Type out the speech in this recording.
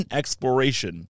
exploration